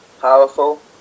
powerful